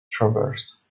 traverse